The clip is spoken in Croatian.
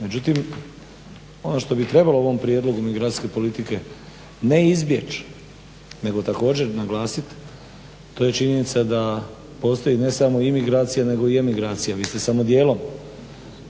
Međutim, ono što bi trebalo u ovom prijedlogu migracijske politike ne izbjeći, nego također naglasiti to je činjenica da postoji ne samo imigracija nego i emigracija. Vi ste samo dijelom